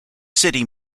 city